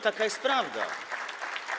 Taka jest prawda.